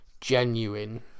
genuine